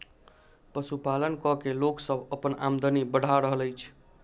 पशुपालन क के लोक सभ अपन आमदनी बढ़ा रहल अछि